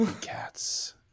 Cats